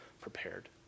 prepared